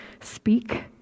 speak